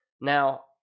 Now